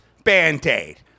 Band-Aid